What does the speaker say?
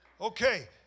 Okay